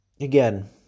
Again